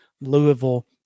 Louisville